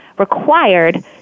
Required